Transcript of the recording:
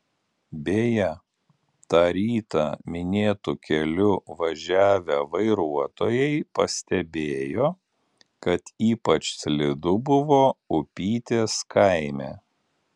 beje tą rytą minėtu keliu važiavę vairuotojai pastebėjo kad ypač slidu buvo upytės kaime